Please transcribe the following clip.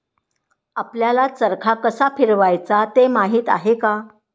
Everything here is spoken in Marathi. आपल्याला चरखा कसा फिरवायचा ते माहित आहे का?